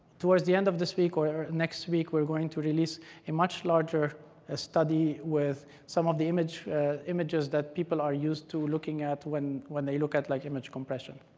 towards the end of this week or next week, we're going to release a much larger ah study with some of the images that people are used to looking at when when they look at like image compression.